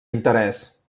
interès